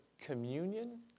communion